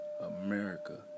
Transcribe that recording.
America